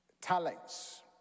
talents